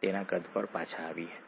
બંધ રચાય છે